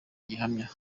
gihamya